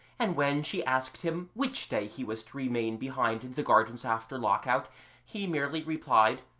and when she asked him which day he was to remain behind in the gardens after lock-out he merely replied,